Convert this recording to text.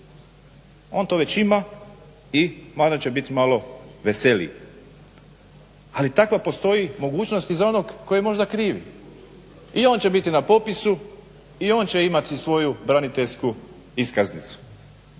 On to već ima i onda će biti malo veseliji. Ali takva postoji mogućnost i za onog tko je možda kriv i on će biti na popisu i on će imati svoju braniteljsku iskaznicu.